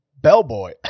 bellboy